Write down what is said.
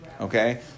Okay